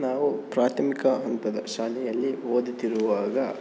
ನಾವು ಪ್ರಾಥಮಿಕ ಹಂತದ ಶಾಲೆಯಲ್ಲಿ ಓದುತ್ತಿರುವಾಗ